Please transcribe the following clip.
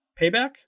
payback